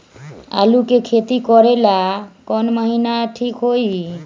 आलू के खेती करेला कौन महीना ठीक होई?